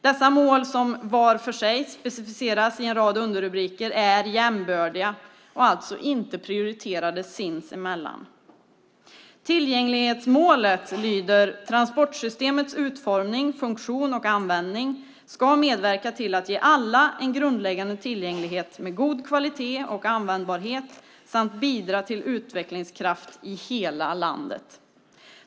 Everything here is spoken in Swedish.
Dessa mål som var för sig specificeras i en rad underrubriker är jämbördiga och alltså inte prioriterade sinsemellan. Tillgänglighetsmålet lyder: Transportsystemets utformning, funktion och användning ska medverka till att ge alla en grundläggande tillgänglighet med god kvalitet och användbarhet samt bidra till utvecklingskraft i hela landet.